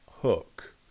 hook